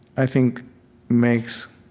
i think makes